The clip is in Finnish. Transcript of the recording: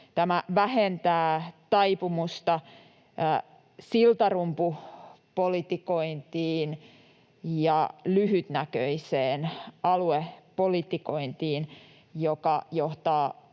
Tämä vähentää taipumusta siltarumpupolitikointiin ja lyhytnäköiseen aluepolitikointiin, joka johtaa